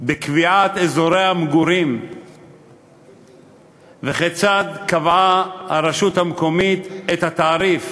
בקביעת אזורי המגורים וכיצד קבעה הרשות המקומית את התעריף